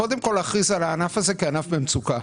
קודם כל להכריז על הענף הזה כענף במצוקה.